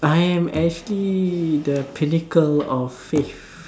I am actually the pinnacle of faith